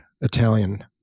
Italian